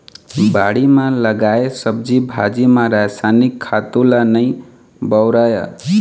बाड़ी म लगाए सब्जी भाजी म रसायनिक खातू ल नइ बउरय